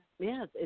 Yes